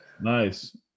Nice